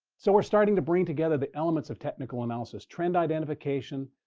so we're starting to bring together the elements of technical analysis trend identification,